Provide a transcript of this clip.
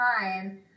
time